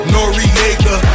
Noriega